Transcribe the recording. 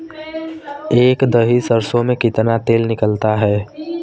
एक दही सरसों में कितना तेल निकलता है?